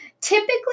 Typically